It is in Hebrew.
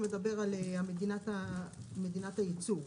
שמדבר על מדינת הייצור,